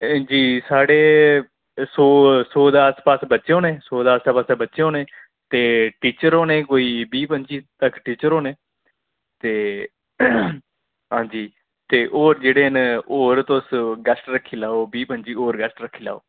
जी साढ़े सौ सौ दे आस पास बच्चे होने सौ दे आस्सै पास्सै बच्चे होने ते टीचर होने कोई बीह् पंजी तक टीचर होने ते हां जी ते होर जेह्डे़ न होर तुस गैस्ट रक्खी लैओ बीह् पंजी होर गैस्ट रक्खी लैओ